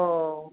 औ